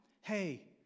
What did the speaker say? hey